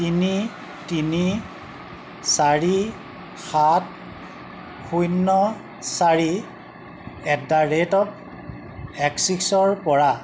তিনি তিনি চাৰি সাত শূন্য চাৰি এট দ্য ৰেট এক্সিছৰ পৰা